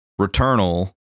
Returnal